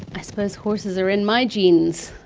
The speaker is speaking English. i suppose horses are in my genes.